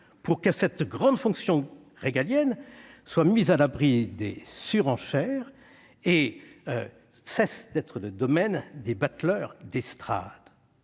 pour que cette grande fonction régalienne soit mise à l'abri des surenchères et cesse d'être le domaine des bateleurs d'estrade.